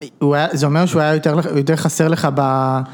זה אומר שהוא היה יותר חסר לך ב...